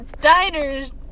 diners